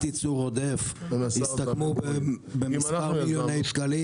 ייצור עודף הסתכמו במספר מיליוני שקלים,